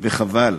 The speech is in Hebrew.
וחבל.